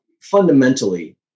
fundamentally